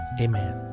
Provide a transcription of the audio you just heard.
Amen